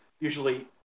Usually